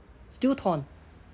still torn